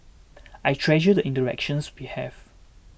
I treasure the interactions we have